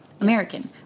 American